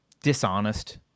dishonest